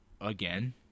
Again